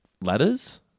ladders